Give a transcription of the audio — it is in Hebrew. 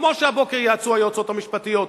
כמו שהבוקר יעצו היועצות המשפטיות.